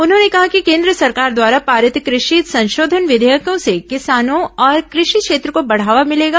उन्होंने कहा कि केन्द्र सरकार द्वारा पारित कृषि संशोधन विधेयकों से किसानों और कृषि क्षेत्र को बढ़ावा भिलेगा